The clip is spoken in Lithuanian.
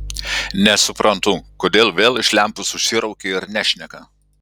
nesuprantu kodėl vėl iš lempos užsiraukė ir nešneka